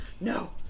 no